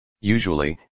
Usually